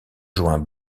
joint